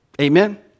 Amen